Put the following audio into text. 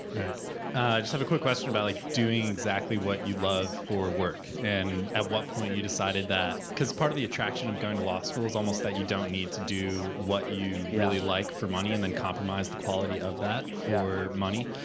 just have a quick question about like doing exactly what you love for work, and at what point you decided that, because part of the attraction of going to law school is almost that you don't need to do what you really like for money and then compromise the quality of that for money.